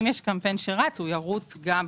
אם יש קמפיין שרץ, הוא ירוץ גם בשבת.